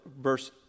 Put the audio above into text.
verse